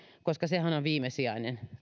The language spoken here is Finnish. koska toimeentulotukihan on viimesijainen